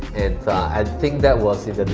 and i think that was in